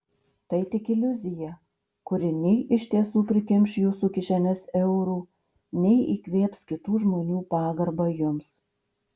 tai tik iliuzija kuri nei iš tiesų prikimš jūsų kišenes eurų nei įkvėps kitų žmonių pagarbą jums